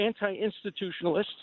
anti-institutionalists